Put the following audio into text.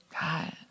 God